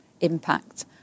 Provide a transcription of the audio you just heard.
impact